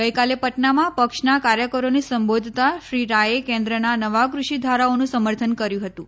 ગઈકાલે પટનામાં પક્ષના કાર્યકરોને સંબોધતા શ્રી રાચે કેન્દ્રના નવા કૃષિ ધારાઓનું સમર્થન કર્યું હતું